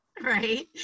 right